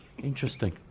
Interesting